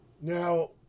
Now